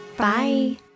Bye